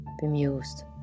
Bemused